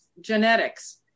genetics